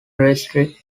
restricted